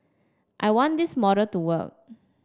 I want this model to work